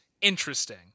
interesting